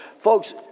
Folks